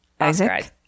Isaac